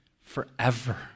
forever